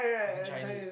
it's in Chinese